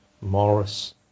Morris